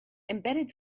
embedded